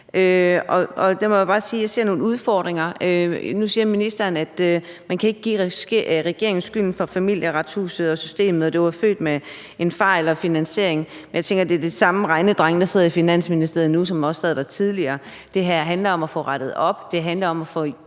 og der må jeg bare sige, at jeg ser nogle udfordringer. Nu siger ministeren, at man ikke kan give regeringen skylden for Familieretshuset og systemet, og at finansieringen var født med en fejl. Men jeg tænker, at det er de samme regnedrenge, der sidder i Finansministeriet nu, som også sad der tidligere, og det her handler om at få rettet op. Det handler om at få